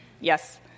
yes